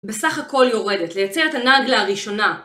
בסך הכל יורדת לייצר את הנגלה הראשונה